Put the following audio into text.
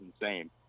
insane